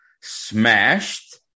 smashed